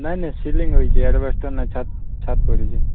ନାଇଁ ନାଇଁ ସିଲିଙ୍ଗ୍ ହେଇଛି ଏଜବେଷ୍ଟର୍ ନାଇଁ ଛାତ ଛାତ ପଡ଼ିଛି